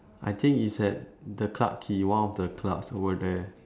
I think it's at the clarke quay one of the clubs over there